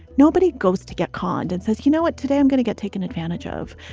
nobody goes to get conned and says, you know what, today i'm going to get taken advantage of.